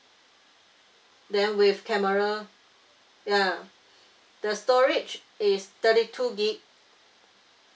then with camera ya the storage is thirty two gig